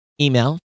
email